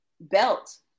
belt